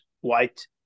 white